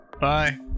Bye